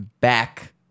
back